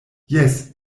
jes